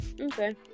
Okay